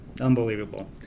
Unbelievable